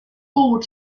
ruled